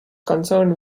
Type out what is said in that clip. concerned